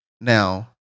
Now